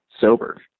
sober